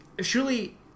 Surely